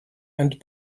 and